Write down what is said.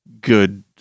good